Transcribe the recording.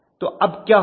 तो अब क्या होगा